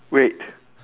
wait